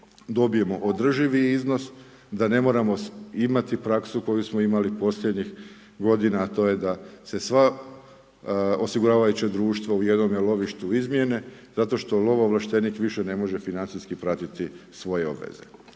dobijemo održivi iznos da ne moramo imati praksu koju smo imali posljednjih godina, a to je da se sva osiguravajuća društva u jednome lovištu izmjene, zato što lovoovlaštenik više ne može financijski pratiti svoje obveze.